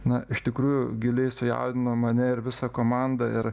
na iš tikrųjų giliai sujaudino mane ir visą komandą ir